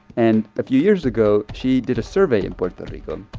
and a few years ago, she did a survey in puerto rico,